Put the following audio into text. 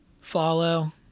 follow